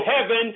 heaven